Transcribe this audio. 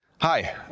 hi